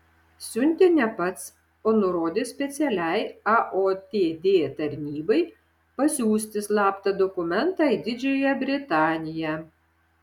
siuntė ne pats o nurodė specialiai aotd tarnybai pasiųsti slaptą dokumentą į didžiąją britaniją